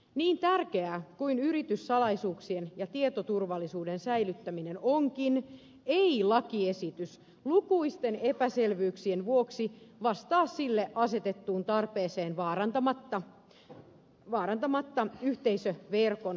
niin tärkeää kuin yrityssalaisuuksien ja tietoturvallisuuden säilyttäminen onkin ei lakiesitys lukuisten epäselvyyksien vuoksi vastaa sille asetettuun tarpeeseen vaarantamatta yhteisöverkon käyttäjien perusoikeuksia